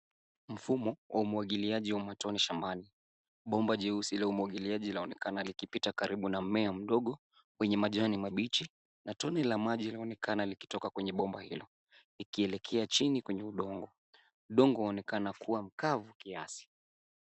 Mfumo wa umwagiliaji wa matone shambani. Bomba jeusi la umwagiliaji laonekana likipita karibu na mmea mdogo wenye majani mabichi na tone la maji linaonekana likitoka kwenye tone hilo, ikielekea chini kwenye udongo. Udongo waonekana kua mkavu kiasi.